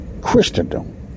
Christendom